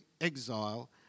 exile